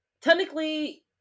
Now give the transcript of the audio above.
technically